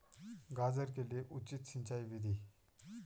गाजर के लिए उचित सिंचाई विधि?